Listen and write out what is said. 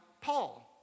Paul